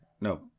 No